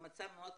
במצב מאוד קשה,